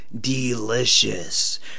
delicious